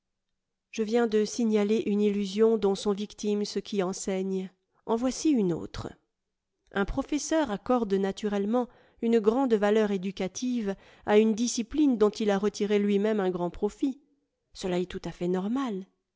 je viens de signaler une illusion dont sont victimes ceux qui enseignent en voici une autre un professeur accorde naturellement une grande valeur éducative à une discipline dont il a retiré lui-même un grand profit gela est tout à fait normal